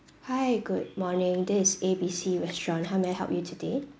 hi good morning this is A B C restaurant how may I help you today